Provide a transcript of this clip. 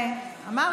קארה (ימינה): המעסיקים?